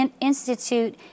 institute